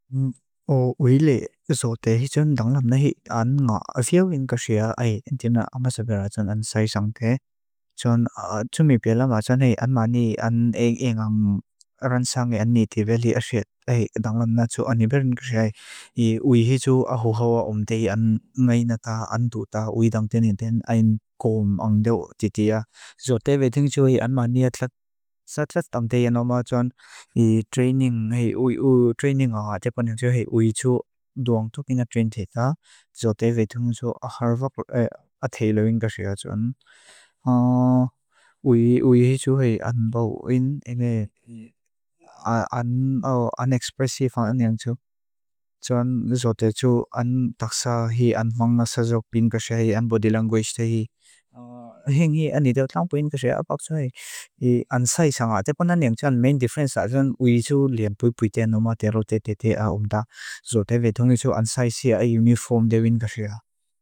O wéilei xótei hi tsún danglam nahi an nga athéawin kaxéa ái tína amasabera tsún an sái sángke. Tsún tsúmi pélá maatsáani an maani an éng áng ran sáng áni tibéli áxéat ái danglam na tsú anibérin kaxéa ái. I wéi hi tsú ahó xóa áwá omdéi an maina tá ándu tá wéidang tíni tín áin góom áng déo tití á. Xótei wéi tíng tsú hi an maani atlát sátlát amdéi an áwá tsúan hi tréiníng hei uiú tréiníng áwá. Átépan áng tsú hei uií tsú duang tuk inga tréin tétá. Xótei wéi tíng tsú ahárvák athéawin kaxéa tsúan. Úiúi hi tsú hei an bówin áng.